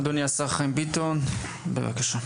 אדוני השר חיים ביטון, בבקשה.